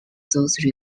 those